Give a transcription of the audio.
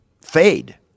fade